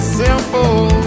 simple